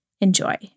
enjoy